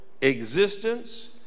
existence